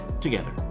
together